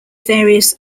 various